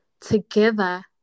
together